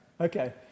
okay